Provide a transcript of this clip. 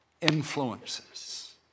influences